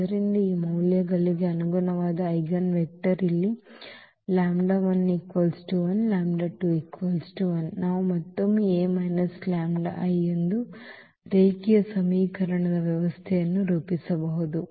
ಆದ್ದರಿಂದ ಈ ಮೌಲ್ಯಗಳಿಗೆ ಅನುಗುಣವಾದ ಐಜೆನ್ವೆಕ್ಟರ್ ಇಲ್ಲಿ ನಾವು ಮತ್ತೊಮ್ಮೆ A λI ಎಂದು ರೇಖೀಯ ಸಮೀಕರಣದ ವ್ಯವಸ್ಥೆಯನ್ನು ರೂಪಿಸಬಹುದು